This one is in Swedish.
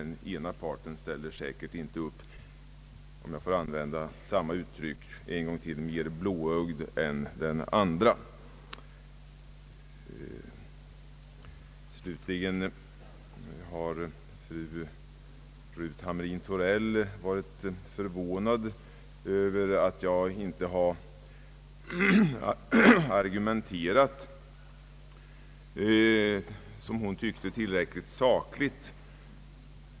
Den ena parten ställer självfallet inte upp — om jag får använda samma uttryck en gång till — mer blåögd än den andra. Slutligen har fru Ruth Hamrin-Thorell varit förvånad över att jag inte argumenterat, enligt hennes mening, tillräckligt sakligt.